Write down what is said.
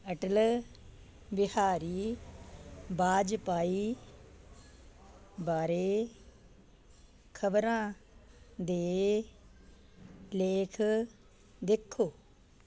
ਅਟਲ ਬਿਹਾਰੀ ਵਾਜਪਾਈ ਬਾਰੇ ਖ਼ਬਰਾਂ ਦੇ ਲੇਖ ਦੇਖੋ